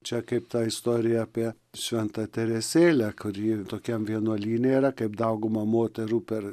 čia kaip ta istorija apie šventą teresėlę kuri tokiam vienuolyne yra kaip dauguma moterų per